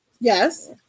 Yes